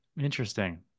Interesting